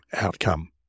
outcome